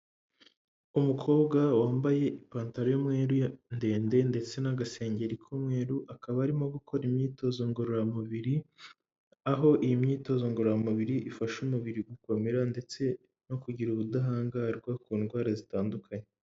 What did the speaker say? Umukobwa wambaye ipantaro y'umweru ndende ndetse n'agasengeri k'umweru, akaba arimo gukora imyitozo ngororamubiri, aho iyi myitozo ngororamubiri ifasha umubiri gukomera ndetse no kugira ubudahangarwa ku ndwara zitandukanye.